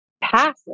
passive